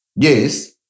Yes